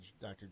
Dr